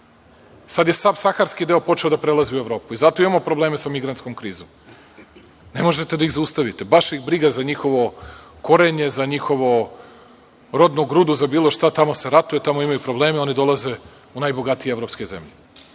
Sada je sav Saharski deo počeo da prelazi u Evropu i zato imamo problema sa migrantskom krizom. Ne možete da ih zaustavite. Baš ih briga za njihovo korenje, za njihovu rodnu grudu, za bilo šta. Tamo se ratuje i tamo imaju problem i oni dolaze u najbogatije evropske zemlje